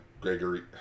Gregory